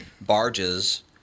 barges